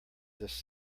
this